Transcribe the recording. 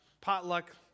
potluck